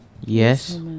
yes